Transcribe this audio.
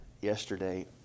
yesterday